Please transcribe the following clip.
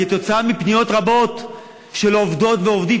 עקב פניות רבות של עובדות ועובדים,